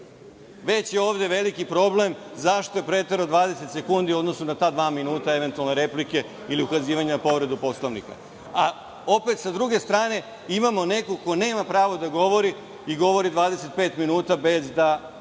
već je ovde veliki problem zašto je preterao 20 sekundi u odnosu na ta dva minuta eventualne replike ili ukazivanja na povredu Poslovnika. Opet, s druge strane, imamo nekog ko nema pravo da govori i govori 25 minuta bez da